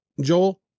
Joel